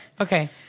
Okay